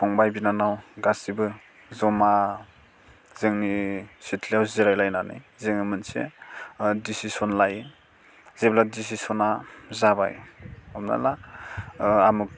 फंबाय बिनानाव गासैबो ज'मा जोंनि सिथ्लायाव जिरायलायनानै जों मोनसे डिसिसन लायो जेब्ला डिसिसना जाबाय हमना ला आमुख